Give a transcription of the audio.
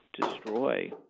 destroy